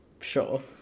sure